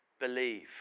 believe